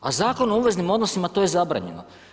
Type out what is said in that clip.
A po Zakonu o obveznim odnosima to je zabranjeno.